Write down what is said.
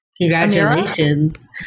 Congratulations